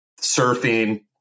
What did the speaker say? surfing